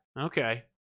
Okay